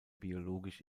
biologisch